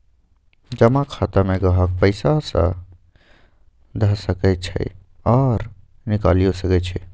जमा खता में गाहक पइसा ध सकइ छइ आऽ निकालियो सकइ छै